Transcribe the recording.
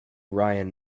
ryan